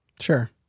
Sure